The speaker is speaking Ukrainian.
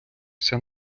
вся